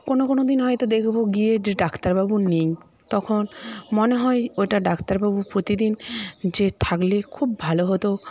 কোনও কোনও দিন হয়ত দেখব গিয়ে যে ডাক্তারবাবু নেই তখন মনে হয় ওটা ডাক্তারবাবু প্রতিদিন যে থাকলে খুব ভালো হত